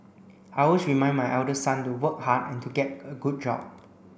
I always remind my elder son to work hard and to get a good job